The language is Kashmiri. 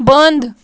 بنٛد